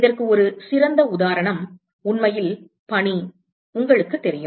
இதற்கு ஒரு சிறந்த உதாரணம் உண்மையில் பனி உங்களுக்குத் தெரியும்